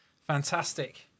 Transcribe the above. Fantastic